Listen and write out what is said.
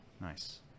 Nice